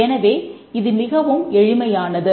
எனவே இது மிகவும் எளிமையானது